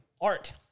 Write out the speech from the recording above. art